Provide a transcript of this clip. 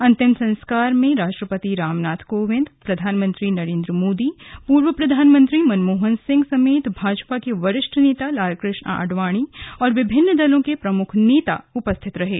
अंतिम संस्कार के पूर्व राष्ट्रपति रामनाथ कोविंद प्रधानमंत्री नरेन्द्र मोदी पूर्व प्रधानमंत्री मनमोहन सिंह समेत भाजपा के वरिष्ठ नेता लालकृष्ण आडवाणी और विभिन्न दलों के प्रमुख नेता अंतिम संस्कार के समय उपस्थित थे